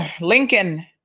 Lincoln